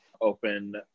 open